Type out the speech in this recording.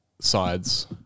sides